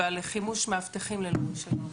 ועל חימוש מאבטחים ללא רישיון כמובן.